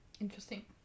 Interesting